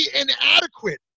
inadequate